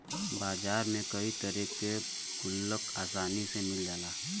बाजार में कई तरे के गुल्लक आसानी से मिल जाला